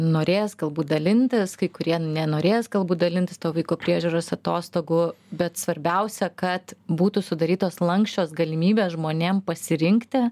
norės galbūt dalintis kai kurie nenorės galbūt dalintis tuo vaikų priežiūros atostogų bet svarbiausia kad būtų sudarytos lanksčios galimybės žmonėm pasirinkti